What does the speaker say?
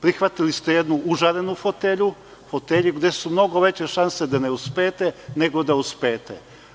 Prihvatili ste jednu užarenu fotelju, fotelju gde su mnogo veće šanse da ne uspete nego da uspete.